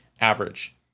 average